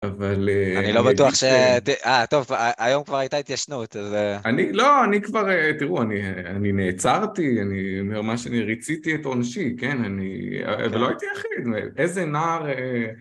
אבל.. אני לא בטוח ש.. טוב, היום כבר הייתה התיישנות, אז.. אני.. לא, אני כבר.. תראו, אני נעצרתי, אני, אני ממש אני ריציתי את עונשי, כן? אני.. ולא הייתי יחיד, איזה נער..